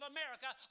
America